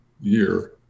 year